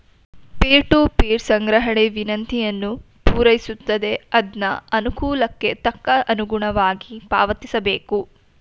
peer to peer ಸಂಗ್ರಹಣೆ ವಿನಂತಿಯನ್ನು ಪೂರೈಸುತ್ತದೆ ಅದ್ನ ಅನುಕೂಲಕ್ಕೆ ತಕ್ಕ ಅನುಗುಣವಾಗಿ ಪಾವತಿಸಬೇಕು